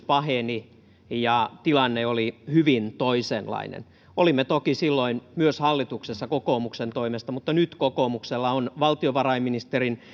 paheni ja tilanne oli hyvin toisenlainen olimme toki silloin myös hallituksessa kokoomuksen toimesta mutta nyt kokoomuksella on valtiovarainministerin